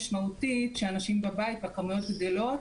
משמעותית כשאנשים בבית והכמויות גדלות.